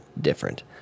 different